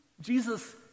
Jesus